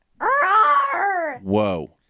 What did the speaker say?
Whoa